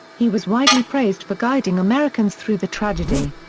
he was widely praised for guiding americans through the tragedy.